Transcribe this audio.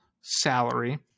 salary